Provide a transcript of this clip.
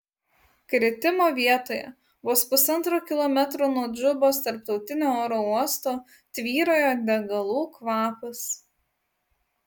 kritimo vietoje vos pusantro kilometro nuo džubos tarptautinio oro uosto tvyrojo degalų kvapas